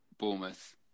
Bournemouth